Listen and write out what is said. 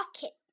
pocket